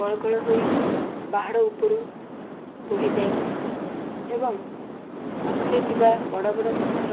କଳ କଳ ହୋଇ ପାହାଡ଼ ଉପରୁ ବୋହିଯାଏ ଏବଂ ପାଖରେ ଥିବା ବଡ଼ ବଡ଼ ପଥର